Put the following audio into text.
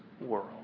world